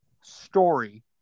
story